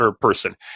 person